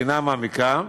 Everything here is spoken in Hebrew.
ובחינה מעמיקה,